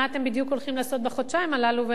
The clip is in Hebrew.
מה אתם בדיוק הולכים לעשות בחודשיים האלה,